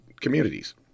communities